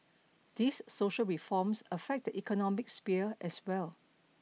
these social reforms affect the economic sphere as well